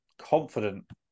confident